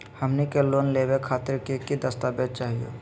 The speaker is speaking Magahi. हमनी के लोन लेवे खातीर की की दस्तावेज चाहीयो?